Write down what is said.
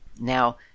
Now